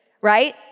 right